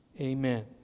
Amen